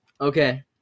Okay